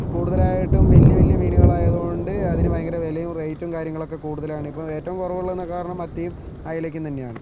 കൂടുതലായിട്ടും വലിയ വലിയ മീനുകൾ ആയത്കൊണ്ട് അതിന് ഭയങ്കര വിലയും റേറ്റും കാര്യങ്ങളൊക്കെ കൂടുതലാണ് ഇപ്പോൾ ഏറ്റവും കുറവുള്ളത് എന്ന് പറഞ്ഞാൽ മത്തിയും അയലക്കും തന്നെയാണ്